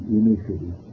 initially